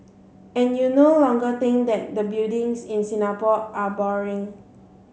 and you no longer think that the buildings in Singapore are boring